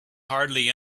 hardly